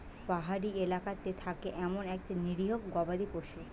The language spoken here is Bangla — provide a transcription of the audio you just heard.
পাহাড়ি এলাকাতে থাকে এমন একটা নিরীহ গবাদি পশু